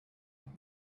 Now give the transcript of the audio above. that